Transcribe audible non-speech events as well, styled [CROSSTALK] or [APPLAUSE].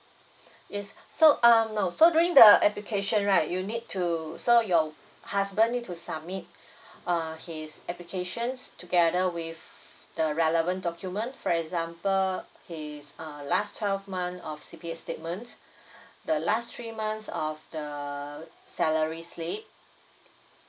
yes so um no so during the application right you need to so your husband need to submit [BREATH] uh his applications together with the relevant document for example his err last twelve month of C_P_S statement the last three months of the salary slip